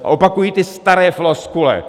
A opakují ty staré floskule.